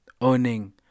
owning